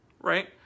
right